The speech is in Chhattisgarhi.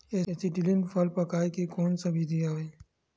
एसीटिलीन फल पकाय के कोन सा विधि आवे?